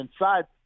inside